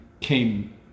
came